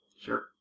Sure